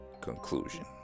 conclusion